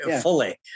fully